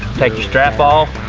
take your strap off,